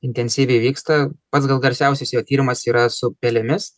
intensyviai vyksta pats gal garsiausias jo tyrimas yra su pelėmis